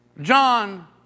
John